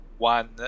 One